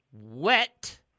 wet